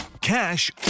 Cash